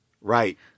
Right